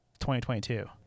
2022